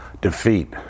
defeat